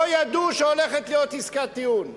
לא ידעו שהולכת להיות עסקת טיעון.